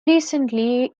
recently